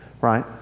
right